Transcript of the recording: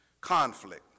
conflict